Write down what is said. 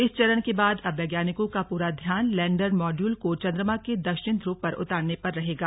इस चरण के बाद अब वैज्ञानिकों का पूरा ध्यान लैण्डर मॉड्यूल को चन्द्रमा के दक्षिणी ध्रुव पर उतारने पर रहेगा